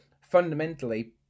Fundamentally